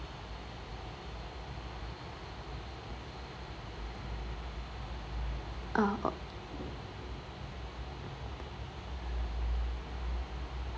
uh oh